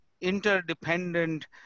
interdependent